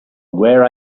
where